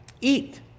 eat